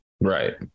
Right